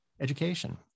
education